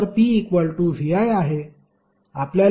पण power pvi आहे